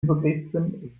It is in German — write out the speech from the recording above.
übergriffen